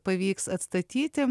pavyks atstatyti